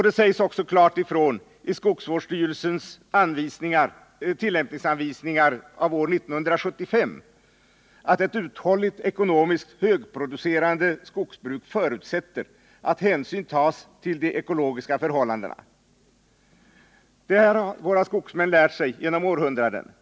Det sägs också klart ifrån i skogsvårdsstyrelsens tillämpningsanvisningar av år 1975, att ett uthålligt, ekonomiskt högproducerande skogsbruk förutsätter att hänsyn tas till de ekologiska förhållandena. Det har våra skogsmän lärt sig genom århundraden.